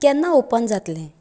केन्ना ओपन जातले